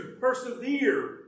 persevere